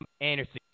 Anderson